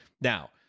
Now